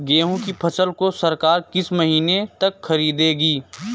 गेहूँ की फसल को सरकार किस महीने तक खरीदेगी?